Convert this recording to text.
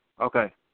Okay